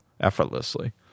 effortlessly